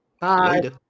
Bye